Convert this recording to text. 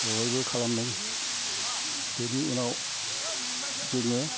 बेवहायबो खालामदों बेनि उनाव जोङो